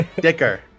dicker